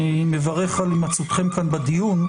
אני מברך על הימצאותכם כאן בדיון,